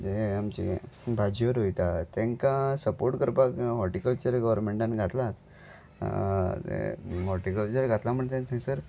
जे आमची भाजयो रोयता तांकां सपोर्ट करपाक हॉर्टीकल्चर गोवरमेंटान घातलाच हॉर्टीकल्चर घातला म्हण तें थंयसर